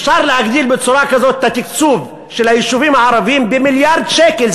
אפשר להגדיל בצורה כזאת את התקצוב של היישובים הערביים במיליארד שקל.